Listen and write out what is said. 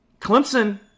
Clemson